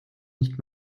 nicht